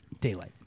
Daylight